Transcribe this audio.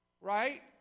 Right